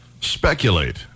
speculate